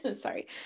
sorry